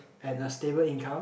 and a stable income